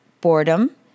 boredom